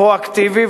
פרואקטיבי,